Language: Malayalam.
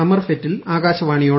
അമർഫെറ്റിൽ ആകാശവാണിയോട്